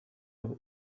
noch